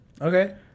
Okay